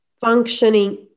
functioning